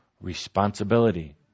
responsibility